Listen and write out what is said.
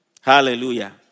Hallelujah